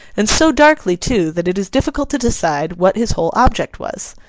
and so darkly too, that it is difficult to decide what his whole object was.